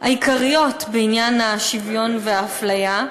העיקריות בעניין השוויון והאפליה,